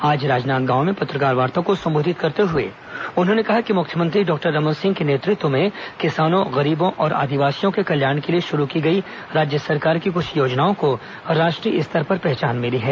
आज राजनांदगांव में पत्रकारवार्ता को संबोधित करते हए उन्होंने कहा कि मुख्यमंत्री डॉक्टर रमन सिंह के नेतृत्व में किसानों गरीबों और आदिवासियों के कल्याण के लिए शुरू की गई राज्य सरकार की कुछ योजनाओं को राष्ट्रीय स्तर पर पहचान मिली है